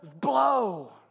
blow